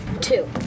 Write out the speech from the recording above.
Two